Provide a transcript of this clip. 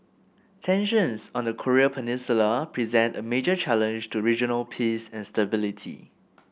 tensions on the Korean Peninsula present a major challenge to regional peace and stability